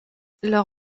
leur